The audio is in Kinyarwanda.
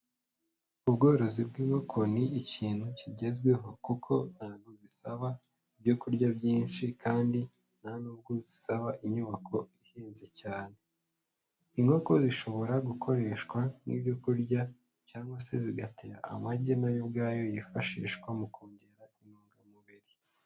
Ubworozi bw'inkoko ni ikintu kigezweho kuko ntago zisaba ibyo kurya byinshi kandi nta nubwo zisaba inyubako ihenze cyane, inkoko zishobora gukoreshwa nk'ibyo kurya cyangwa se zigatera amagi na yo ubwayo yifashishwa mu kongera intungamubiri.